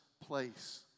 place